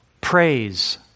praise